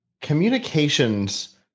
communications